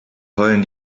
heulen